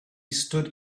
stood